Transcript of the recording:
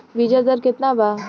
बीज दर केतना बा?